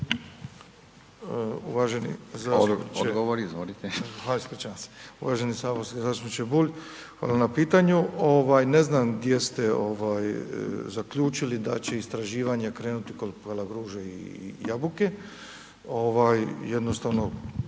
hvala na pitanju. Ne znam gdje ste zaključili da će istraživanje krenuti kod Palagruže i Jabuke? Jednostavno